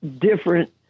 different